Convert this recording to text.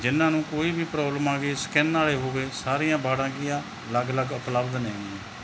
ਜਿਹਨਾਂ ਨੂੰ ਕੋਈ ਵੀ ਪ੍ਰੋਬਲਮ ਆ ਗਈ ਸਕਿੰਨ ਆਲੇ ਹੋ ਗਏ ਸਾਰੀਆਂ ਵਾਰਡਾਂ ਕੀ ਆ ਅਲੱਗ ਅਲੱਗ ਉਪਲਬਧ ਨੇ